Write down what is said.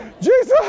Jesus